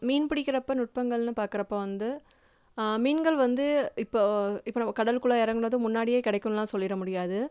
மீன் பிடிக்கிறப்போ நுட்பங்கள்னு பார்க்குறப்ப வந்து மீன்கள் வந்து இப்போ இப்போ நம்ம கடலுக்குள்ளே இறங்குனதும் முன்னாடியே கிடைக்கும்லாம் சொல்லிட முடியாது